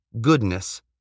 goodness